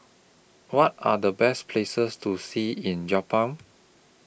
What Are The Best Places to See in